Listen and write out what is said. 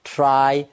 try